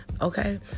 okay